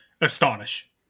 Astonish